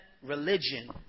Religion